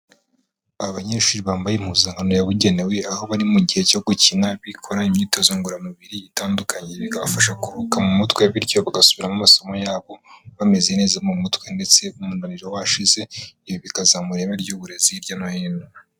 Aba banyeshuri bambaye impuzankano yabugenewe, aho bari mu gihe cyo gukina bikora imyitozo ngororamubiri itandukanye, bikabafasha kuruhuka mu mutwe, bityo bagasubiramo amasomo yabo bameze neza mu mutwe ndetse umunaniro washize, ibi bikazamura ireme ry'uburezi hirya no hino.